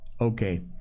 Okay